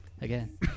again